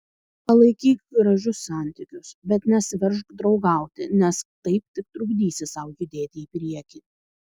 palaikyk gražius santykius bet nesiveržk draugauti nes taip tik trukdysi sau judėti į priekį